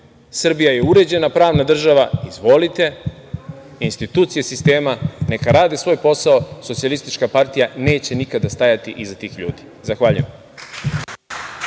Srbija je uređena pravna država, izvolite, institucije sistema neka rade svoj posao, SPS neće nikada stajati iza tih ljudi. Zahvaljujem.